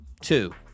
two